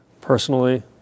Personally